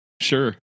Sure